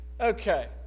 Okay